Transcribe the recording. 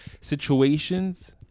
situations